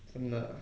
真的 ah